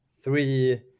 three